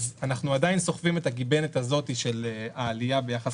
אנחנו עדיין סוחבים את הגיבנת הזאת של העלייה ביחס